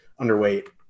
underweight